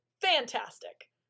Fantastic